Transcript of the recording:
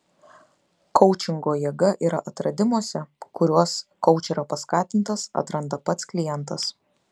koučingo jėga yra atradimuose kuriuos koučerio paskatintas atranda pats klientas